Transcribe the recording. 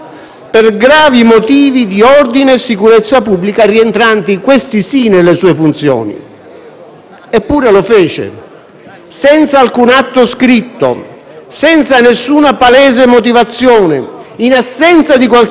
Eppure lo fece, senza alcun atto scritto né alcuna palese motivazione, in assenza di qualsiasi emergenza di sicurezza nazionale o di infiltrazione terroristica.